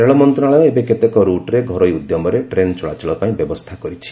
ରେଳ ମନ୍ତଶାଳୟ ଏବେ କେତେକ ରୁଟ୍ରେ ଘରୋଇ ଉଦ୍ୟମରେ ଟ୍ରେନ୍ ଚଳାଚଳ ପାଇଁ ବ୍ୟବସ୍ଥା କରିଛି